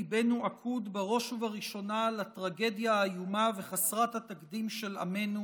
ליבנו עקוד בראש ובראשונה לטרגדיה האיומה וחסרת התקדים של עמנו